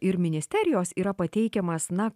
ir ministerijos yra pateikiamas na